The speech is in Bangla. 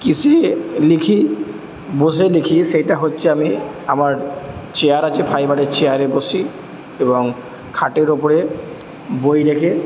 কীসে লিখি বসে লিখি সেইটা হচ্ছে আমি আমার চেয়ার আছে ফাইবারের চেয়ারে বসি এবং খাটের ওপরে বই রেখে